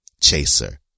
chaser